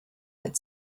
had